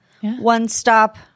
one-stop